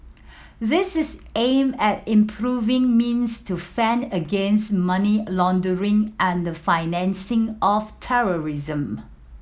this is aimed at improving means to fend against money laundering and financing of terrorism